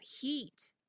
heat